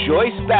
Joyce